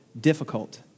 difficult